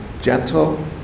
gentle